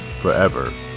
forever